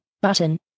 button